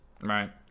Right